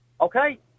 okay